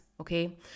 Okay